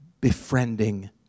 befriending